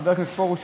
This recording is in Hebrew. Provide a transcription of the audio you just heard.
חבר הכנסת פרוש,